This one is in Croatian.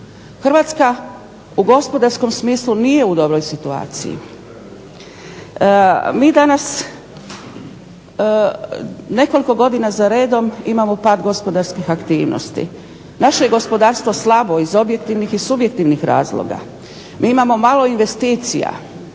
Hrvatska u gospodarskom smislu nije u dobroj situaciji. Mi danas nekoliko godina za redom imamo pad gospodarskih aktivnosti. Naše je gospodarstvo slabo iz objektivnih i subjektivnih razloga. Mi imamo malo investicija,